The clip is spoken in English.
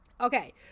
Okay